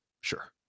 sure